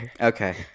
okay